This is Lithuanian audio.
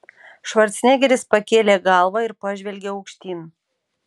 švarcnegeris pakėlė galvą ir pažvelgė aukštyn